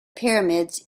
pyramids